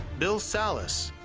bill salus,